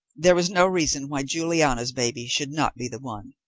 there was no reason why juliana's baby should not be the one.